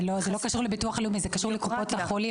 זה לא קשור לביטוח לאומי אלא לקופות החולים.